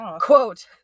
Quote